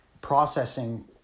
processing